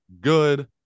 good